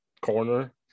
corner